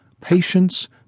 patience